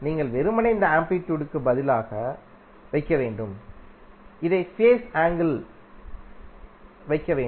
நீங்கள் வெறுமனே இந்த மதிப்பை ஆம்ப்ளிட்யூட்க்கு பதிலாக வைக்க வேண்டும் இதை ஃபேஸ் ஆங்கிள் மாக வைக்க வேண்டும்